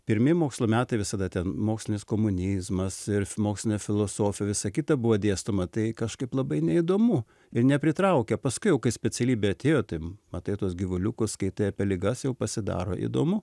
pirmi mokslo metai visada ten mokslinis komunizmas ir mokslinė filosofija visa kita buvo dėstoma tai kažkaip labai neįdomu ir nepritraukia paskui jau kai specialybė atėjo tai matai tuos gyvuliukus skaitai apie ligas jau pasidaro įdomu